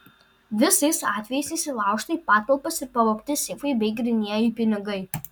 visais atvejais įsilaužta į patalpas ir pavogti seifai bei grynieji pinigai